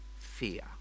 fear